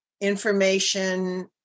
information